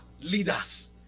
leaders